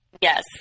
Yes